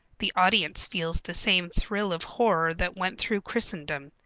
the audience feels the same thrill of horror that went through christendom.